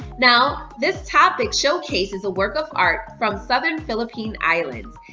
now this topic showcases a work of art from southern philippine islands.